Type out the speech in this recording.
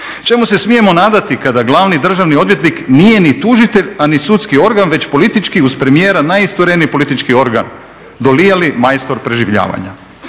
Čemu se smijemo nadati kada glavni državni odvjetnik nije ni tužitelj, a ni sudski organ već politički uz premijera najistureniji politički organ, dolijali majstor preživljavanja.